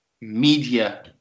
media